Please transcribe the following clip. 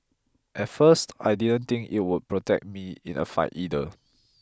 at first I didn't think it would protect me in a fight either